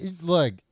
look